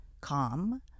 calm